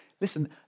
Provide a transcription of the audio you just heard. Listen